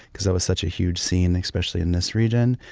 because it was such a huge scene especially in this region.